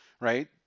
right